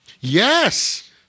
Yes